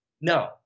No